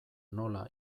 nola